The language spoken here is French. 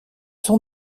sont